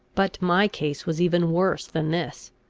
but my case was even worse than this.